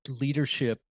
leadership